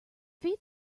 feed